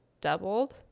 doubled